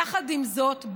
יחד עם זאת,